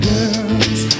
Girls